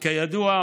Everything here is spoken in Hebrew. כידוע,